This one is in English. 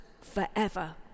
forever